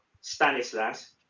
Stanislas